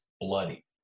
bloody